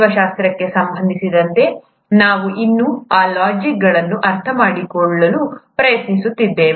ಜೀವಶಾಸ್ತ್ರಕ್ಕೆ ಸಂಬಂಧಿಸಿದಂತೆ ನಾವು ಇನ್ನೂ ಆ ಲಾಜಿಕ್ಗಳನ್ನು ಅರ್ಥಮಾಡಿಕೊಳ್ಳಲು ಪ್ರಯತ್ನಿಸುತ್ತಿದ್ದೇವೆ